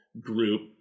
group